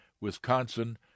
Wisconsin